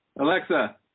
Alexa